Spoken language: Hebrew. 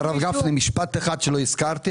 משפט אחד שלא הזכרתי.